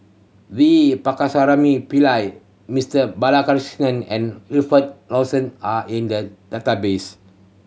V Pakirisamy Pillai Mister Balakrishnan and Wilfed Lawson are in the database